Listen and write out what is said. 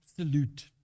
absolute